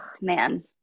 man